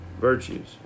virtues